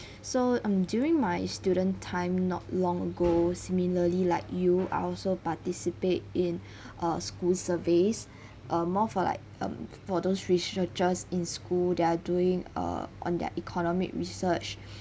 so um during my student time not long ago similarly like you I also participate in uh school surveys uh more for like um for those researchers in school they are doing uh on their economic research